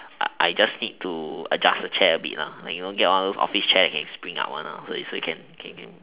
I just need to adjust the chair a bit like you know get all those office chair that can spring up one so you so you can can can